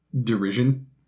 derision